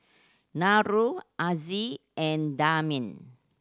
Nurul Aziz and Damia